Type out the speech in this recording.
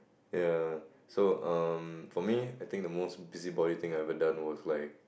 ya so um for me I think the most busybody thing I've ever done was like